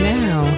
now